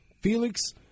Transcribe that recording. Felix